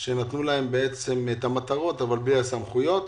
שנתנו להן מטרות בלי סמכויות.